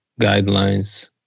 guidelines